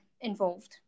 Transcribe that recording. involved